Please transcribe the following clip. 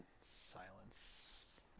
silence